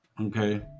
okay